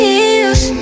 Feels